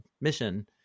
mission